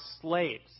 slaves